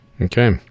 Okay